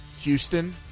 Houston